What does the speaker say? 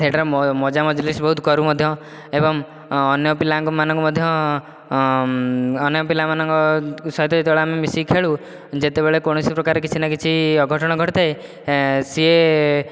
ସେଠାରେ ମଜା ମଜଲିସ ବହୁତ କରୁ ମଧ୍ୟ ଏବଂ ଅନ୍ୟ ପିଲାମାନଙ୍କୁ ମଧ୍ୟ ଅନ୍ୟ ପିଲାମାନଙ୍କ ସହିତ ଯେତେବେଳେ ଆମେ ମିଶିକି ଖେଳୁ ଯେତେବେଳେ କୌଣସି ପ୍ରକାରର କିଛି ନା କିଛି ଅଘଟଣ ଘଟିଥାଏ ସିଏ